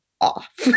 off